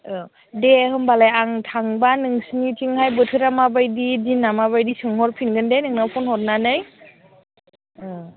औ दे होमबालाय आं थांबा नोंसोरनिथिंहाय बोथोरा माबायदि दिना माबायदि सोंहरफिनगोन दे नोंनाव फन हरनानै औ